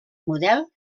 model